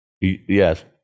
Yes